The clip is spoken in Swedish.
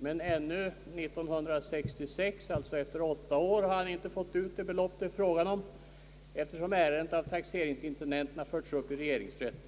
men ännu år 1966, alltså efter åtta år, har han inte fått ut det belopp det är fråga om, eftersom ärendet av taxeringsintendenten har förts upp i regeringsrätten.